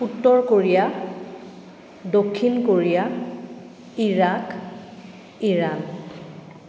উত্তৰ কোৰিয়া দক্ষিণ Korea Iraq Iran